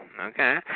Okay